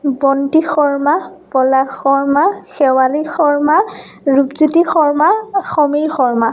বন্তি শৰ্মা পলাশ শৰ্মা শেৱালী শৰ্মা ৰূপজ্যোতি শৰ্মা সমীৰ শৰ্মা